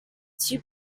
two